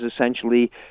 essentially